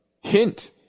hint